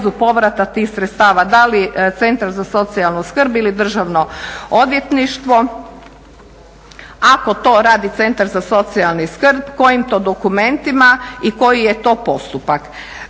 da li centar za socijalnu skrb ili državno odvjetništvo. Ako to radi centar za socijalnu skrb, kojim to dokumentima i koji je to postupak.